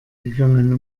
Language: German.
gegangen